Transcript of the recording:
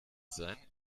sein